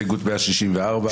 נעבור להצבעה על הסתייגות 164 .